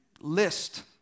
list